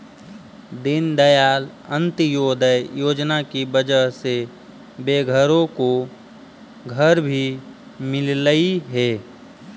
दीनदयाल अंत्योदय योजना की वजह से बेघरों को घर भी मिललई हे